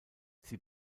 sie